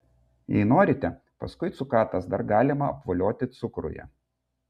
jei norite paskui cukatas dar galima apvolioti cukruje